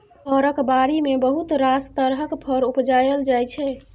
फरक बारी मे बहुत रास तरहक फर उपजाएल जाइ छै